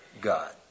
god